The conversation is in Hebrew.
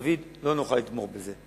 לא נוכל לתמוך בזה,